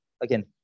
again